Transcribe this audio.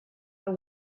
the